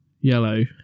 Yellow